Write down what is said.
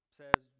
says